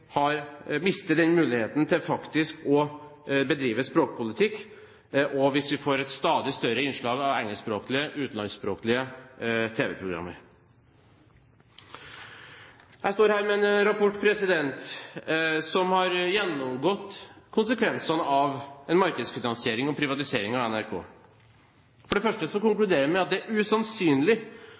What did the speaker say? vi mister den muligheten til faktisk å bedrive språkpolitikk, og hvis vi får et stadig større innslag av engelskspråklige, utenlandskspråklige, tv-programmer. Jeg står her med en rapport som har gjennomgått konsekvensene av markedsfinansiering og en privatisering av NRK. For det første konkluderer den med at det er